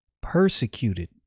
persecuted